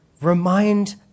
Remind